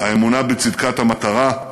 האמונה בצדקת המטרה,